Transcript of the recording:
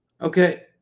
Okay